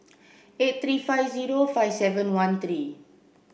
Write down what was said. eight three five zero five seven one three